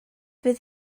fydd